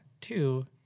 two